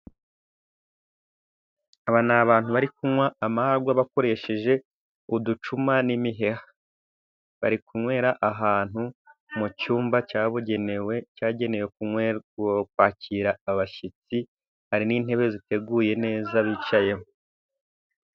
Aba n'abantu bari kunywa amarwa bakoresheje uducuma n'imiheha, bari kunywera ahantu mu cyumba cyabugenewe cyagenewe kwakira abashyitsi, hari n'intebe ziteguye neza bicayemo.